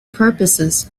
purposes